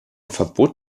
verbot